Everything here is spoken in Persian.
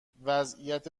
وضعیت